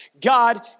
God